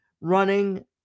running